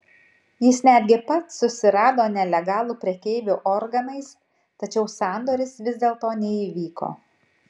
jis netgi pats susirado nelegalų prekeivį organais tačiau sandoris vis dėlto neįvyko